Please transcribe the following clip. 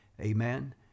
amen